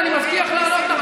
אני מבטיח לך,